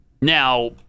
Now